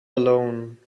alone